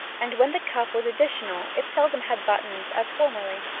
and when the cuff was additional, it seldom had buttons, as formerly.